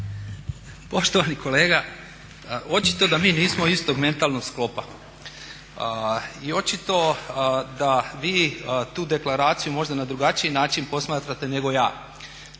Poštovani kolega, očito da mi nismo istog mentalnog sklopa i očito da vi tu deklaraciju možda na drugačiji način posmatrate nego ja,